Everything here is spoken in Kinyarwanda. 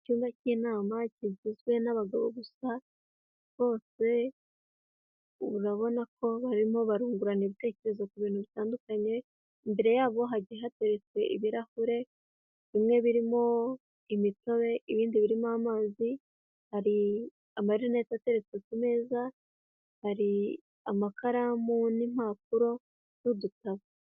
Icyumba k'inama kigizwe n'abagabo gusa, bose urabona ko barimo bangurana ibitekerezo ku bintu bitandukanye, imbere yabo hagiye hateretswe ibirahure bimwe birimo imitobe, ibindi birimo amazi, hari amarinete ateretse ku meza, hari amakaramu n'impapuro z'udutabo.